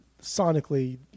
sonically